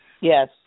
Yes